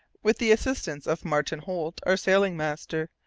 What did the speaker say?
with the assistance of martin holt, our sailing-master,